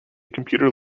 computer